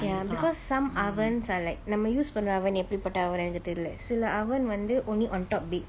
ya because some ovens are like நம்ம:namma use பன்ர:panra oven எப்புடிபட்ட:eppudipatta oven ah தெரில்ல சில:therilla sila oven வந்து:vanthu only on top big